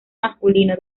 masculino